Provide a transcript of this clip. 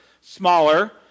smaller